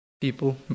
People